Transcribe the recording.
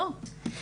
לא.